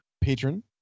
patron